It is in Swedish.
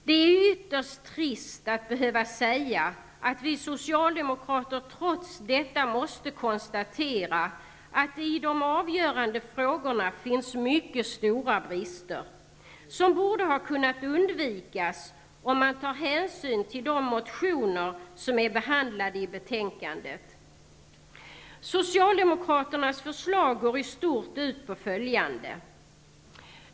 Det är ytterst trist att behöva säga att vi socialdemokrater trots detta måste konstatera att det i de avgörande frågorna finns mycket stora brister, som borde ha kunnat undvikas om man tagit hänsyn till de motioner som är behandlade i betänkandet. Socialdemokraternas förslag går i stort ut på följande.